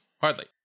Hardly